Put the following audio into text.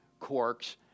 quarks